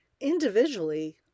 Individually